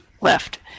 left